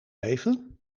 even